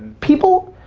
people,